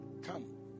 Come